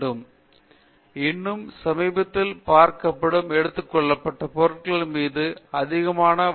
பேராசிரியர் பிரதாப் ஹரிதாஸ் சரி இன்னும் சமீபத்தில் பார்க்கப்பட்டு எடுத்துக்கொள்ளப்பட்ட பொருட்கள் மீது அதிகமான வாசிப்பு வேண்டும்